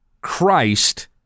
Christ